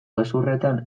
gezurrean